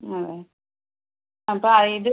അതെ അപ്പം ആ ഇത്